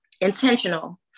intentional